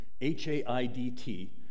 H-A-I-D-T